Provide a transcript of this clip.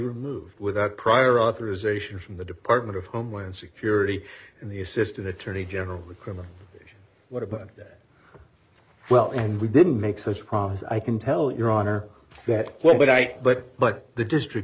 removed without prior authorization from the department of homeland security the assistant attorney general the criminal what about that well and we didn't make such a promise i can tell your honor that one but i but but the district